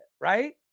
right